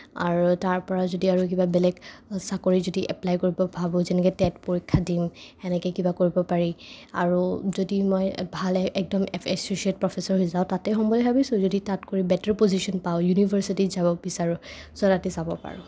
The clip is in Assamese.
আৰু তাৰ পৰা যদি আৰু বেলেগ চাকৰি যদি এপ্লাই কৰিব ভাবোঁ যেনেকে টেট পৰীক্ষা দিম সেনেকে কিবা কৰিব পাৰি আৰু যদি মই ভালে একদম এচ'ছিয়েট প্ৰফেছাৰ হৈ যাওঁ তাতে হ'ম বুলি ভাবিছো যদি তাতকৈ বেটাৰ পজিশ্যন পাওঁ ইউনিভাৰচিটিত যাব বিচাৰো চ' তাতে যাব পাৰোঁ